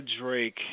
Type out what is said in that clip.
Drake